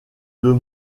deux